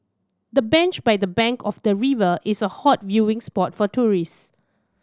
the bench by the bank of the river is a hot viewing spot for tourists